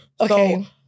okay